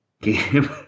game